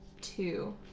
two